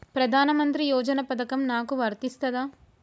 ప్రధానమంత్రి యోజన పథకం నాకు వర్తిస్తదా?